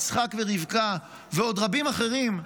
יצחק ורבקה ועוד רבים אחרים,